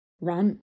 Run